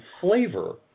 flavor